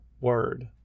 word